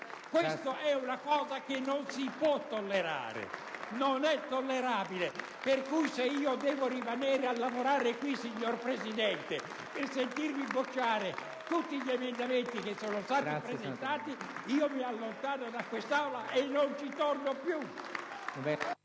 Questa è una cosa che non si può tollerare, per cui se devo rimanere a lavorare qui, signor Presidente, e sentirmi bocciare tutti gli emendamenti che sono stati presentati, io mi allontano da quest'Aula e non ci torno più.